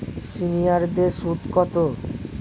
সিনিয়ারদের সুদ কত?